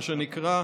מה שנקרא.